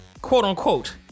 quote-unquote